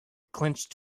clenched